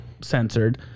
censored